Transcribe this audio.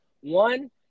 One